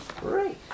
Great